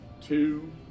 two